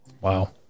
Wow